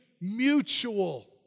mutual